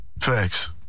Facts